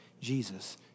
Jesus